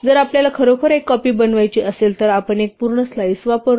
जर आपल्याला खरोखर एक कॉपी बनवायची असेल तर आपण एक पूर्ण स्लाईस वापरतो